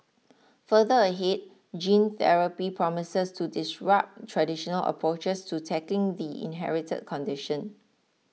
further ahead gene therapy promises to disrupt traditional approaches to tackling the inherited condition